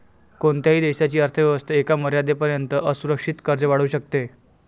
कोणत्याही देशाची अर्थ व्यवस्था एका मर्यादेपर्यंतच असुरक्षित कर्ज वाढवू शकते